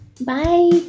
Bye